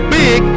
big